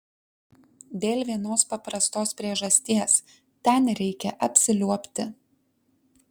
dėl vienos paprastos priežasties ten reikia apsiliuobti